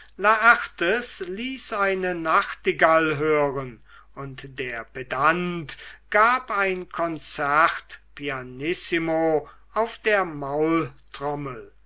laertes ließ eine nachtigall hören und der pedant gab ein konzert pianissimo auf der